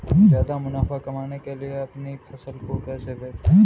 ज्यादा मुनाफा कमाने के लिए अपनी फसल को कैसे बेचें?